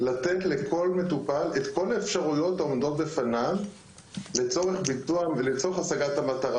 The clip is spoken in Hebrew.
לתת לכל מטופל את כל האפשרויות העומדות בפניו לצורך השגת המטרה.